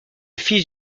fils